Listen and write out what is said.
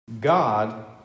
God